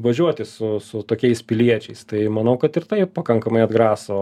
važiuoti su su tokiais piliečiais tai manau kad ir tai pakankamai atgraso